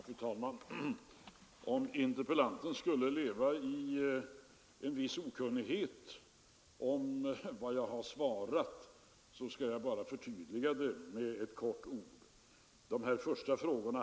Fru talman! Om interpellanten skulle sväva i okunnighet om vad jag har sagt i svaret, skall jag förtydliga det med några ord.